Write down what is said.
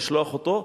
לשלוח אותו,